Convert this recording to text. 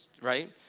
right